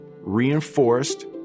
reinforced